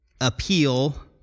appeal